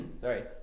sorry